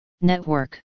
network